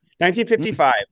1955